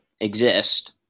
exist